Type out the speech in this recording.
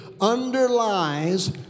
underlies